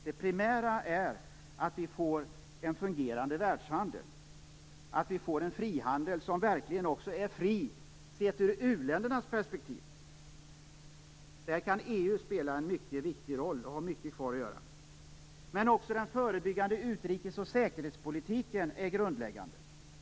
Det primära är att vi får en fungerande världshandel och att vi får en frihandel som verkligen är fri sett ur uländernas perspektiv. Där kan EU spela en mycket viktig roll, och har mycket kvar att göra. Men också den förebyggande utrikes och säkerhetspolitiken är grundläggande.